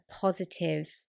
positive